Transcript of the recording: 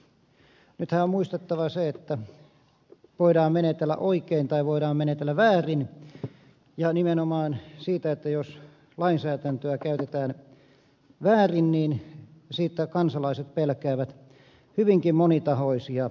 nythän on muistettava se että voidaan menetellä oikein tai voidaan menetellä väärin ja nimenomaan se että jos lainsäädäntöä käytetään väärin niin kansalaiset pelkäävät siitä tulevan hyvinkin monitahoisia ongelmia